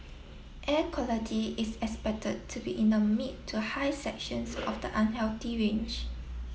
air quality is expected to be in the mid to high sections of the unhealthy range